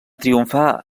triomfar